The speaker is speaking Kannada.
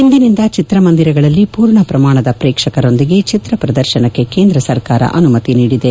ಇಂದಿನಿಂದ ಚಿತ್ರ ಮಂದಿರಗಳಲ್ಲಿ ಪೂರ್ಣ ಪ್ರಮಾಣದ ಪ್ರೇಕ್ಷಕರೊಂದಿಗೆ ಚಿತ್ರಪ್ರದರ್ಶನಕ್ಕೆ ಕೇಂದ್ರ ಸರ್ಕಾರ ಅನುಮತಿ ನೀಡಿದೆ